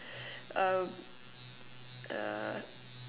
um uh